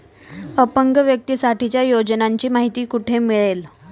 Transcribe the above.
अपंग व्यक्तीसाठीच्या योजनांची माहिती कुठे मिळेल?